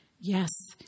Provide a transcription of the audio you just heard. Yes